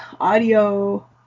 audio